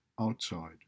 outside